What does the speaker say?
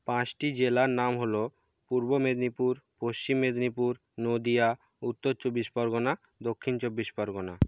পাঁচটি জেলার নাম হলো পূর্ব মেদিনীপুর পশ্চিম মেদিনীপুর নদীয়া উত্তর চব্বিশ পরগনা দক্ষিণ চব্বিশ পরগনা